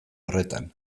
horretan